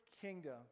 kingdom